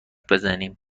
بزنیم